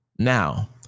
Now